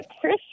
Chris